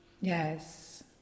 Yes